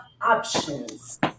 options